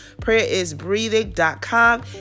prayerisbreathing.com